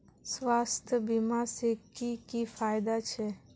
स्वास्थ्य बीमा से की की फायदा छे?